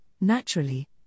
naturally